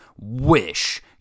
wish